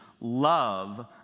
love